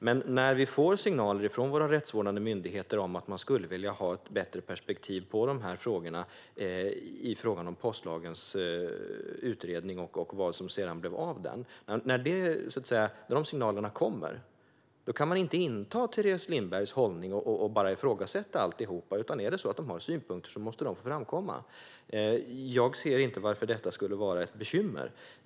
Men när vi får signaler från våra rättsvårdande myndigheter om att man skulle vilja ha ett bättre perspektiv på de här frågorna i fråga om postlagens utredning och vad som sedan blev av den kan man inte inta Teres Lindbergs hållning och bara ifrågasätta alltihop. Är det så att de har synpunkter måste dessa framkomma. Jag ser inte varför detta skulle vara ett bekymmer.